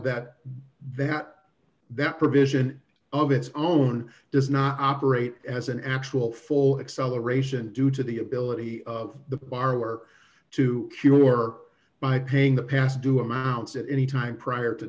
that that that provision of its own does not operate as an actual full acceleration due to the ability of the borrower to cure by paying the past due amounts at any time prior to